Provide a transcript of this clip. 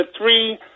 three